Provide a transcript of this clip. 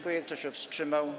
Kto się wstrzymał?